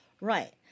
Right